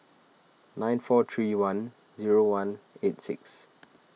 nine four three one one eight six